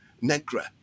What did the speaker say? Negra